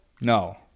No